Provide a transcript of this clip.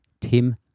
Tim